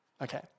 Okay